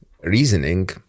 reasoning